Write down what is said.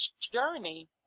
journey